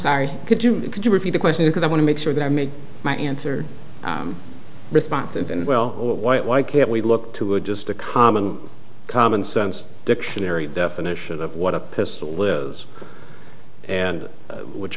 sorry could you could you repeat the question because i want to make sure that i made my answer responsive and well why can't we look to a just a common commonsense dictionary definition of what a pistol lives and which